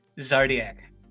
Zodiac